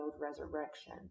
Resurrection